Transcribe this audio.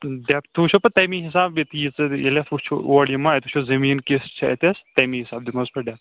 depth وُچھو پتہٕ تَمی حِساب ییٚتہِ یِتہٕ ییٚلہِ اَتھ وُچھو اوٗر یِمو اتہِ وُچھو زٔمیٖن کِژھ چھےٚ اَتیٚس تَمی حِسابہٕ دِمہوس پتہٕ ڈیٚپٕتھ